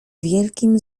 wielkim